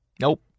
Nope